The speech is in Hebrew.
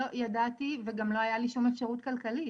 לא ידעתי וגם לא הייתה לי שום אפשרות כלכלית.